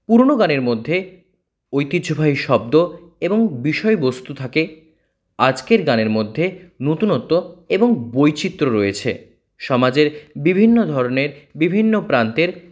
পুরোনো গানের মধ্যে ঐতিহ্যবাহী শব্দ এবং বিষয়বস্তু থাকে আজকের গানের মধ্যে নতুনত্ব এবং বৈচিত্র্য রয়েছে সমাজের বিভিন্ন ধরনের বিভিন্ন প্রান্তের